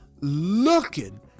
looking